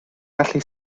gallu